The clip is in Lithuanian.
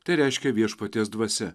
tai reiškia viešpaties dvasia